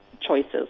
choices